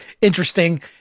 interesting